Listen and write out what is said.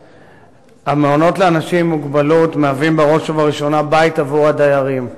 1. המעונות לאנשים עם מוגבלות מהווים בראש ובראשונה בית עבור הדיירים.